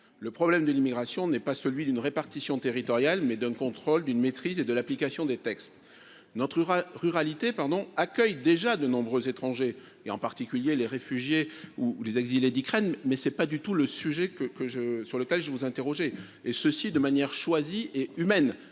le problème de l'immigration n'est pas celui d'une répartition territoriale mais d'un contrôle d'une maîtrise et de l'application des textes n'entrera ruralité pardon accueille déjà de nombreux étrangers et en particulier les réfugiés ou les exilés d'Ukraine, mais c'est pas du tout le sujet que que je sur lequel je vous interroger et ceci de manière choisie et humaine,